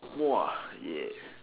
!whoa! ya